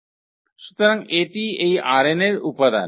সুতরাং এটি এই ℝ𝑛 এর উপাদান